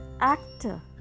actor